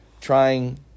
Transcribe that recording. Trying